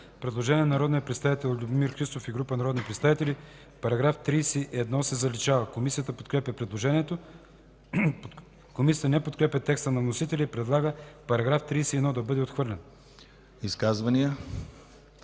Предложение на народния представител Любомир Христов и група народни представители –§ 31 се заличава. Комисията подкрепя предложението. Комисията не подкрепя текста на вносителя и предлага § 31 да бъде отхвърлен. ПРЕДСЕДАТЕЛ